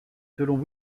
selon